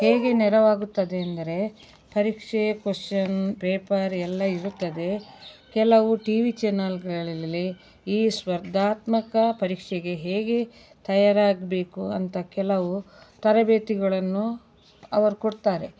ಹೇಗೆ ನೆರವಾಗುತ್ತದೆ ಎಂದರೆ ಪರೀಕ್ಷೆ ಕೊಶ್ಚನ್ ಪೇಪರ್ ಎಲ್ಲ ಇರುತ್ತದೆ ಕೆಲವು ಟೀ ವಿ ಚಾನೆಲ್ಗಳಲ್ಲಿ ಈ ಸ್ಪರ್ಧಾತ್ಮಕ ಪರೀಕ್ಷೆಗೆ ಹೇಗೆ ತಯಾರಾಗಬೇಕು ಅಂತ ಕೆಲವು ತರಬೇತಿಗಳನ್ನು ಅವರು ಕೊಡ್ತಾರೆ